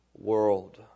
world